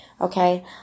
okay